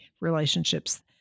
relationships